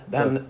Den